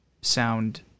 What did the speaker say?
sound